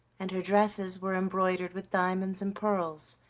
and her dresses were embroidered with diamonds and pearls,